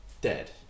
dead